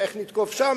איך נתקוף שם,